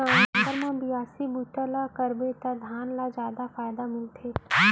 नांगर म बियासी बूता ल करबे त धान ल जादा फायदा मिलथे